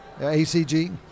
ACG